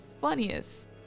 funniest